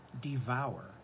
devour